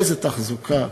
איזו תחזוקה.